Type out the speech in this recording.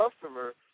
customer